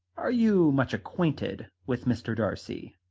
are you much acquainted with mr. darcy?